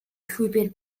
llwybr